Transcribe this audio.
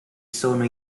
sono